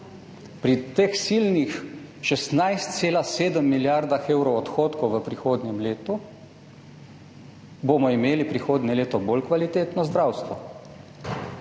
pri teh silnih 16,7 milijarde evrov odhodkov v prihodnjem letu imeli prihodnje leto bolj kvalitetno zdravstvo?